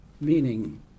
meaning